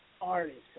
artists